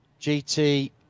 GT